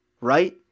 Right